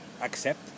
accept